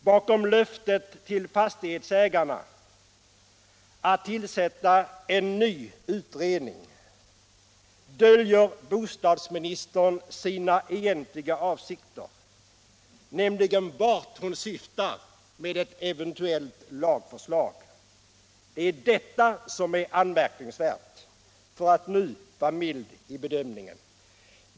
Bakom löftet till fastighetsägarna att tillsätta en ny utredning döljer bostadsministern sina egentliga avsikter - nämligen vart hon syftar med ett eventuellt lagförslag. Det är detta som är anmärkningsvärt — för att nu vara mild i bedömningen.